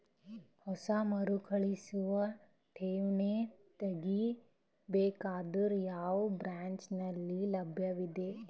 ಹೊಸ ಮರುಕಳಿಸುವ ಠೇವಣಿ ತೇಗಿ ಬೇಕಾದರ ಯಾವ ಬ್ರಾಂಚ್ ನಲ್ಲಿ ಲಭ್ಯವಿದೆ?